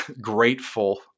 grateful